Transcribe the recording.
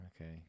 Okay